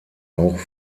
auch